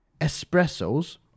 espressos